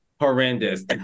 horrendous